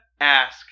ask